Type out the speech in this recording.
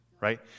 right